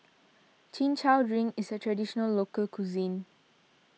Chin Chow Drink is a Traditional Local Cuisine